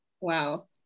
Wow